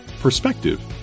perspective